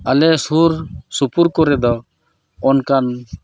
ᱟᱞᱮ ᱥᱩᱨ ᱥᱩᱯᱩᱨ ᱠᱚᱨᱮ ᱫᱚ ᱚᱱᱠᱟᱱ